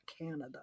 canada